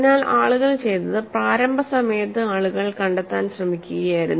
അതിനാൽ ആളുകൾ ചെയ്തത് പ്രാരംഭ സമയത്ത് ആളുകൾ കണ്ടെത്താൻ ശ്രമിക്കുകയായിരുന്നു